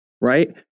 right